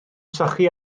sychu